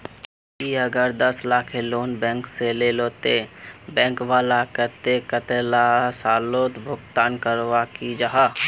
ती अगर दस लाखेर लोन बैंक से लिलो ते बैंक वाला कतेक कतेला सालोत भुगतान करवा को जाहा?